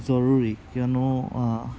জৰুৰী কিয়নো